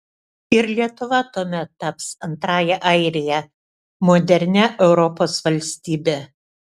ir lietuva tuomet taps antrąja airija modernia europos valstybe